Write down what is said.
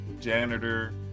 janitor